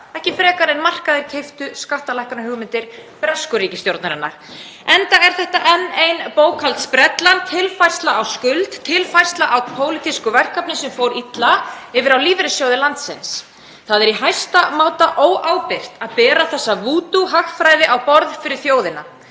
ekki frekar en markaðir keyptu skattalækkunarhugmyndir bresku ríkisstjórnarinnar, enda er þetta enn ein bókhaldsbrellan, tilfærsla á skuld, tilfærsla á pólitísku verkefni sem fór illa yfir á lífeyrissjóði landsins. Það er í hæsta máta óábyrgt að bera þessa vúdú-hagfræði á borð fyrir þjóðina.